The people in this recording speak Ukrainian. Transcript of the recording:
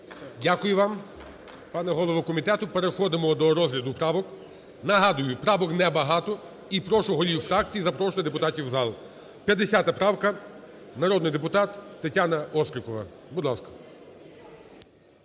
Дякую вам, пане голово комітету. Переходимо до розгляду правок. Нагадую, правок не багато і прошу голів фракцій запрошувати депутатів в зал. 50 правка, народний депутат ТетянаОстрікова, будь ласка.